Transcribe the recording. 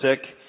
sick